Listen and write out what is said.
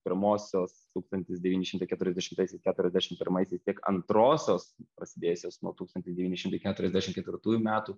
pirmosios tūkstantis devyni šimtai keturiasdešimtaisiais keturiasdešim pirmaisiais tiek antrosios prasidėjusios nuo tūkstantis devyni šimtai keturiasdešim ketvirtųjų metų